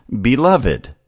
Beloved